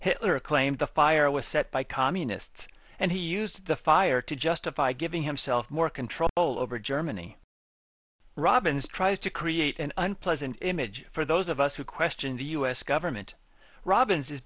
hitler claimed the fire was set by communists and he used the fire to justify giving himself more control over germany robins tries to create an unpleasant image for those of us who question the us government robins is